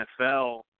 NFL